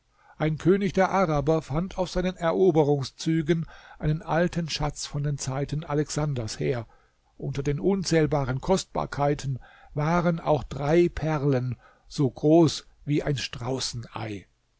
ein könig der araber fand auf seinen eroberungszügen einen alten schatz von den zeiten alexanders her unter den unzählbaren kostbarkeiten waren auch drei perlen so groß wie ein straußenei